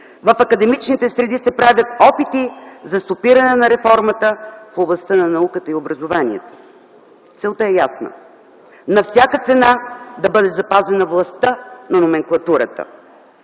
в академичните среди се правят опити за стопиране на реформата в областта на науката и образованието. Целта е ясна – на всяка цена да бъде запазена властта на номенклатурата.